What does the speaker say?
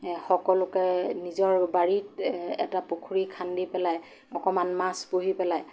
সকলোকে নিজৰ বাৰীত এটা পুখুৰী খান্দি পেলাই অকণমান মাছ পুহি পেলাই